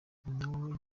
nawe